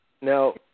Now –